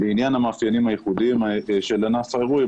בעניין המאפיינים הייחודיים של ענף האירועים